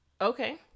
Okay